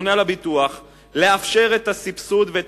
לממונה על הביטוח לאפשר את הסבסוד ואת